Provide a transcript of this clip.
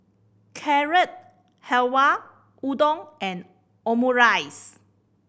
Carrot Halwa Udon and Omurice